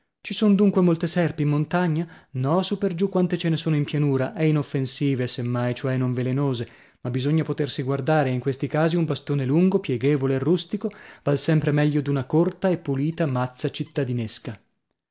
ci son dunque molte serpi in montagna no su per giù quante ce ne sono in pianura e inoffensive se mai cioè non velenose ma bisogna potersi guardare e in questi casi un bastone lungo pieghevole e rustico val sempre meglio d'una corta e pulita mazza cittadinesca